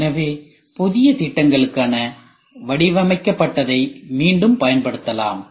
எனவே புதிய திட்டங்களுக்காக வடிவமைக்கப்பட்டதை மீண்டும் பயன்படுத்தலாம்